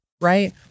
Right